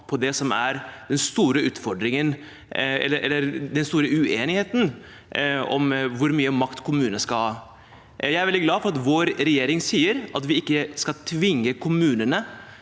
det er stor uenighet om, nemlig om hvor mye makt kommunene skal ha. Jeg er veldig glad for at vår regjering sier at vi ikke skal tvinge kommunene